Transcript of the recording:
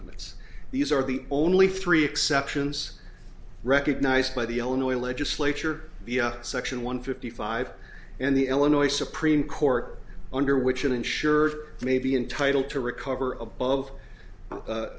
limits these are the only three exceptions recognized by the illinois legislature the section one fifty five and the illinois supreme court under which an insurer may be entitle to recover above